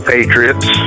Patriots